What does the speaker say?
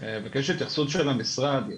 ביקשנו התייחסות של המשרד,